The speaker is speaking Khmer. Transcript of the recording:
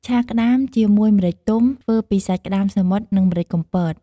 ឆាក្តាមជាមួយម្រេចទុំធ្វើពីសាច់ក្តាមសមុទ្រ និងម្រេចកំពត។